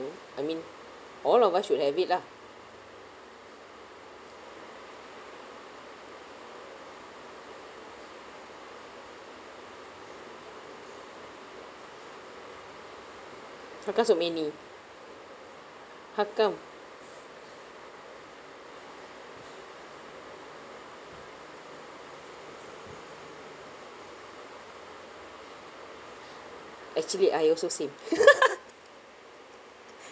know I mean all of us should have it lah because of many haak kam actually I also same